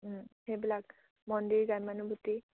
সেইবিলাক মন্দিৰ গ্ৰাম্যানুভূতি